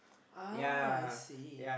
ah I see